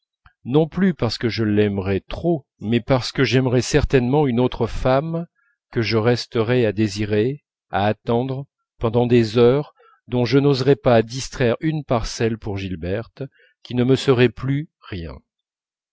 non plus parce que je l'aimerais trop mais parce que j'aimerais certainement une autre femme que je resterais à désirer à attendre pendant des heures dont je n'oserais pas distraire une parcelle pour gilberte qui ne me serait plus rien